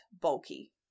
bulky